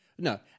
No